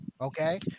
Okay